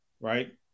right